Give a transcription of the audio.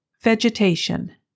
Vegetation